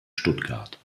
stuttgart